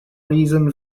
reason